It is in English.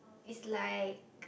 it's like